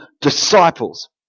disciples